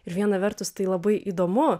ir viena vertus tai labai įdomu